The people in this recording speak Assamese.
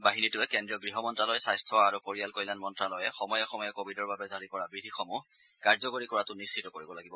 বাহিনীটোৱে কেন্দ্ৰীয় গৃহমন্ত্যালয় স্বাস্থ্য আৰু পৰিয়াল কল্যাণ মন্ত্যালয়ে সময়ে সময়ে কোৱিডৰ বাবে জাৰি কৰা বিধিসমূহ কাৰ্যকৰী কৰাটো নিশ্চিত কৰিব লাগিব